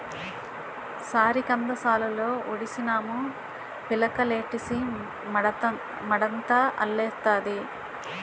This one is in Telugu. సారికంద సాలులో ఉడిసినాము పిలకలెట్టీసి మడంతా అల్లెత్తాది